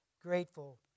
grateful